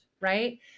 right